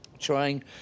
trying